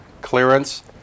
clearance